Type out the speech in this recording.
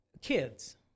kids